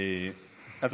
אדוני,